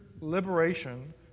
liberation